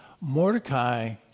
Mordecai